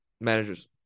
managers